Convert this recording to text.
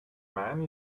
man